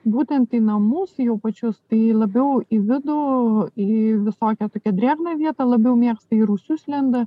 būtent į namus jų pačius tai labiau į vidų į visokią drėgną vietą labiau mėgsta į rūsius lenda